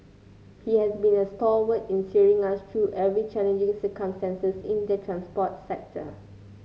he has been a stalwart in steering us through every challenging circumstances in the transport sector